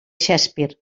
shakespeare